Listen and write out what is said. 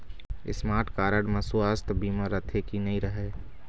Smart card म सुवास्थ बीमा रथे की नई रहे?